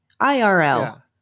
IRL